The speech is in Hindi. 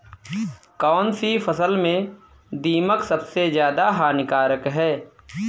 कौनसी फसल में दीमक सबसे ज्यादा हानिकारक है?